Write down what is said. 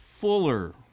Fuller